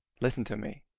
listen to me.